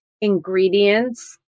ingredients